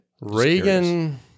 Reagan